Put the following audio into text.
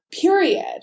period